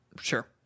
Sure